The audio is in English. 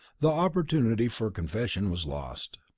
the opportunity for confession was lost.